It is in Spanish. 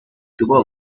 tuvo